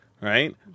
right